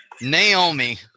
Naomi